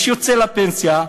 מי שיוצא לפנסיה,